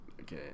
Okay